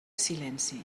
silenci